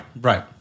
right